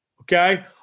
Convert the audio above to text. okay